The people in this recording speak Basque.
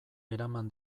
eraman